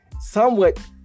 somewhat